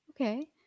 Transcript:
Okay